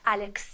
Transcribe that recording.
Alex